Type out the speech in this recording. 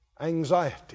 Anxiety